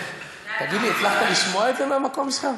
תגיד לי, הצלחת לשמוע את זה מהמקום שלך?